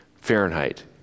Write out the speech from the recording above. Fahrenheit